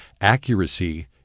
Accuracy